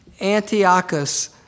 Antiochus